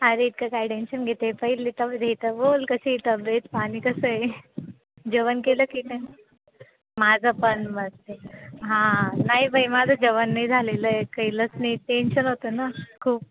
अरे इतकं काय टेनशन घेते पहिले तब्येतीचं बोल कशी आहे तब्येत पाणी कसं आहे जेवण केलं की का माझं पण मस्त आहे हां नाही बाई माझं जेवण नाही झालेलं आहे केलंच नाही टेन्शन होतं ना खूप